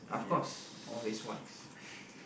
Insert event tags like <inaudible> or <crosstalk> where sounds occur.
yes <breath>